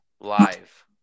live